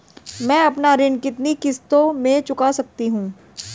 मैं अपना ऋण कितनी किश्तों में चुका सकती हूँ?